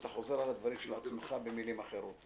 אתה חוזר על הדברים של עצמך במילים אחרות.